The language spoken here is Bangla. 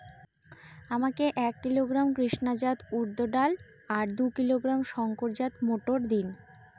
আমাকে এক কিলোগ্রাম কৃষ্ণা জাত উর্দ ডাল আর দু কিলোগ্রাম শঙ্কর জাত মোটর দিন?